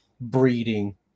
Breeding